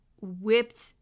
whipped